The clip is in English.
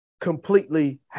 completely